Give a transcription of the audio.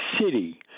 city